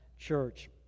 church